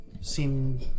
Seem